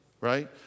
right